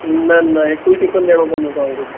न न हिकु ई टिफिन ॾेयणो पवंदो तव्हांखे